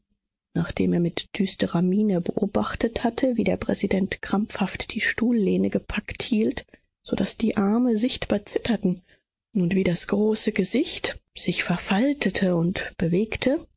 nachdem er mit düsterer miene beobachtet hatte wie der präsident krampfhaft die stuhllehne gepackt hielt so daß die arme sichtbar zitterten und wie das große gesicht sich verfaltete und bewegte